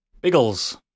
Biggles